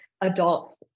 adults